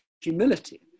humility